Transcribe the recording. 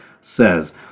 says